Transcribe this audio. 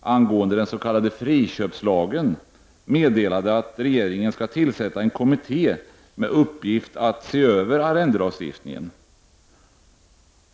angående den s.k. friköpslagen meddelade att regeringen skall tillsätta en kommitté med uppgift att se över arrendelagstiftningen.